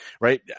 right